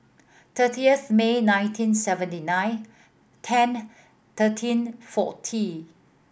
thirtieth May nineteen seventy nine ten thirteen forty